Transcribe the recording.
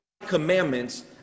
commandments